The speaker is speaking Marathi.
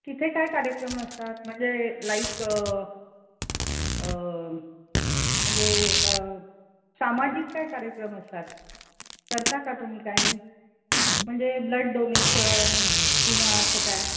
तिथे काय कार्यक्रम असतात म्हणजे लाईक म्हणजे सामाजिक काय कार्यक्रम असतात करता का तुम्ही काही म्हणजे ब्लड डोनेशन किंवा असं काही